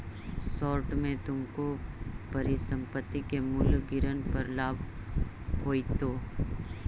short में तुमको परिसंपत्ति के मूल्य गिरन पर लाभ होईतो